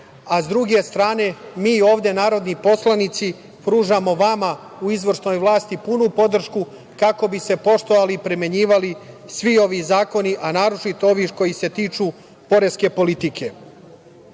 a s druge strane mi ovde narodni poslanici pružamo vama u izvršnoj vlasti punu podršku kako bi se poštovali i primenjivali svi ovi zakoni, a naročito ovi koji se tiču poreske politike. Takođe,